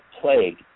plague